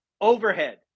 overhead